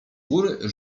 góry